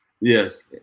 Yes